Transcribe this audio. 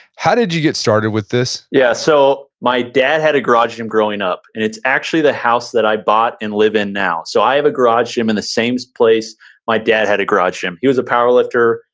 how did you get started with this? yeah, so my dad had a garage gym growing up and it's actually the house that i bought and live in now. so i have a garage gym in the same place my dad had a garage gym. he was a powerlifter.